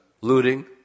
Looting